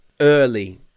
early